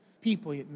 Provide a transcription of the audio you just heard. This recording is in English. people